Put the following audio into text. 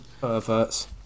Perverts